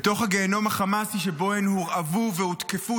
בתוך הגיהינום החמאסי שבו הן הורעבו והותקפו,